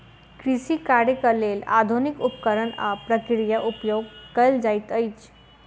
कृषि कार्यक लेल आधुनिक उपकरण आ प्रक्रिया उपयोग कयल जाइत अछि